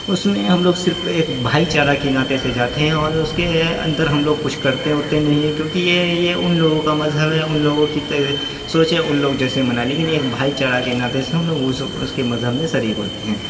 اس میں ہم لوگ صرف ایک بھائی چارہ کے ناطے سے جاتے ہیں اور اس کے اندر ہم لوگ کچھ کرتے ورتے نہیں ہیں کیونکہ یہ یہ ان لوگوں کا مذہب ہے ان لوگوں کی سوچ ہے ان لوگ جیسے منائیں لیکن ایک بھائی چارہ کے ناطے سے ہم لوگ اس اس کے مذہب میں شریک ہوتے ہیں